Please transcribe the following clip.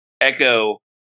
echo